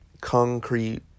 concrete